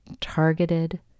targeted